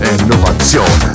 Innovation